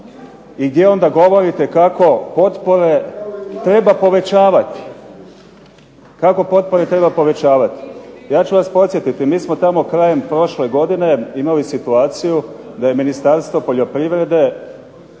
i gdje onda govorite kako potpore treba povećavati. Ja ću vas podsjetiti, mi smo tamo krajem prošle godine imali situaciju da je Ministarstvo poljoprivrede